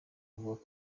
avuga